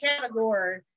category